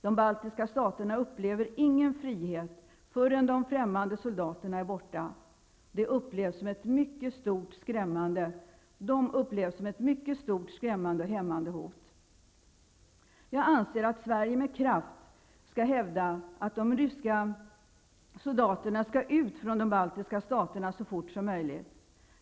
De baltiska staterna upplever ingen frihet förrän de främmande soldaterna är borta. De upplevs som ett mycket stort skrämmande och hämmande hot. Jag anser att Sverige med kraft skall hävda att de ryska soldaterna skall ut från de baltiska staterna så fort som möjligt.